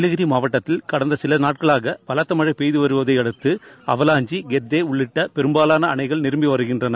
நீலகிரி மாவட்டத்தில் கடந்த சில நாட்களாக பலத்த மனழ பெய்து வருவதையடுத்து அவலாஞ்சி உள்ளிட்ட பெரும்பாலான அனைகள் நிரம்பி வருகின்றன